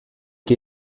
que